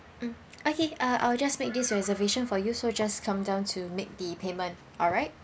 mm okay uh I'll just make this reservation for you so just come down to make the payment alright